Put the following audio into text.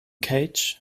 cage